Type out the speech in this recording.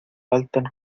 faltan